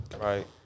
Right